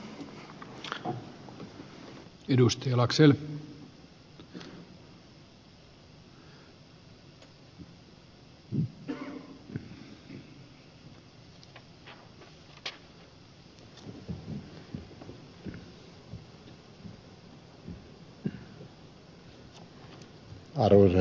arvoisa herra puhemies